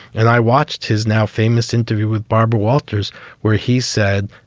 and i watched his now famous interview with barbara walters where he said,